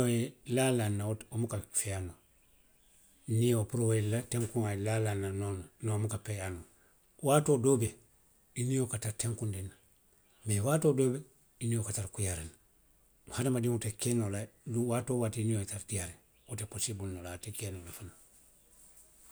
Laalaaŋ na wo buka feeyaa noo. Niŋ. Nio puru wo ye laa a ye tenkuŋ, a ye laalaaw na. e, nooŋ noow, noŋ wo buka feeyaa noo, i nio ka tara tenkundiŋ. Mee waatoo doo bi jee, i nio ka tara kuyaariŋ ne. Hadamadiŋo te ke noo la luŋ, waatoo waati i nio ye tara diiyaariŋ, wo te posibili noo la. ate ke noo la fanaŋ.